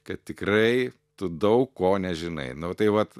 kad tikrai tu daug ko nežinai nu tai vat